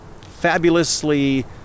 fabulously